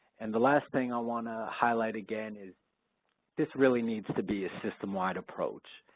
and the last thing i want to highlight again is this really needs to be a system-wide approach.